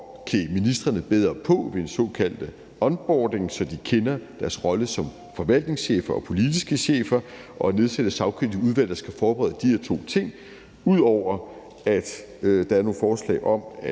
klæde ministrene bedre på ved en såkaldt onboarding, så de kender deres rolle som forvaltningschef og som politisk chef, og om at nedsætte et sagkyndigt udvalg, der skal forberede de her to ting, ud over at der er forslag om at